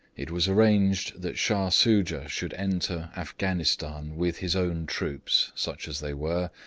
it was arranged that shah soojah should enter afghanistan with his own troops, such as they were,